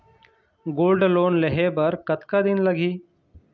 Gold loan लेहे बर कतका दिन लगही?